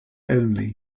only